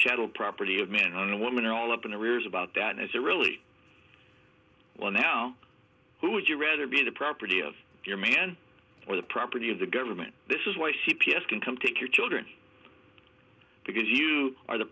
chattel property of man and woman all up in the rears about that as a really well now who would you rather be the property of your man or the property of the government this is why c p s can come take your children because you are the